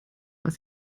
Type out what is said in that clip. was